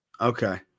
Okay